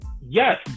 yes